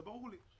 זה ברור לי.